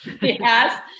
Yes